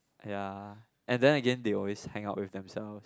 ya and then they will always hang up again with themselves